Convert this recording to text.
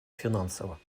финансово